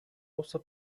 also